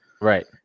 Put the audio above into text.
right